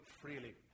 freely